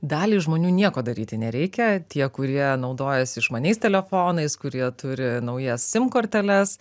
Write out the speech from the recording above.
daliai žmonių nieko daryti nereikia tie kurie naudojasi išmaniais telefonais kurie turi naujas sim korteles